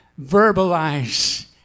verbalize